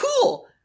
cool